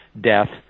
death